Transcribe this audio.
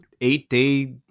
eight-day